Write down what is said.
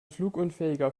flugunfähiger